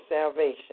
salvation